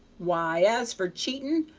why, as for cheating,